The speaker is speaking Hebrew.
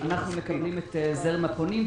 אנחנו מקבלים את זרם הפונים,